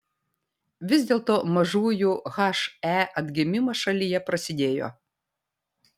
vis dėlto mažųjų he atgimimas šalyje prasidėjo